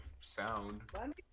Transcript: sound